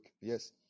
Yes